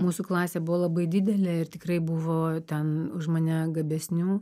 mūsų klasė buvo labai didelė ir tikrai buvo ten už mane gabesnių